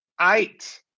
Eight